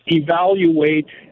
evaluate